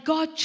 God